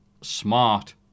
Smart